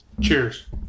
Cheers